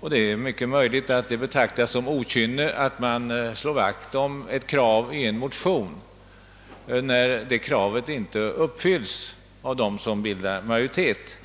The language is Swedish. och det är mycket möjligt att det på regeringssidan betraktas som okynne att man slår vakt om ett krav i en motion, när kravet inte uppfyllts av dem som bildar majoritet.